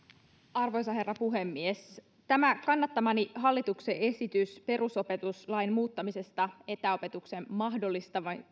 arvoisa herra puhemies tämä kannattamani hallituksen esitys perusopetuslain muuttamisesta etäopetuksen mahdollistavaksi